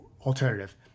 alternative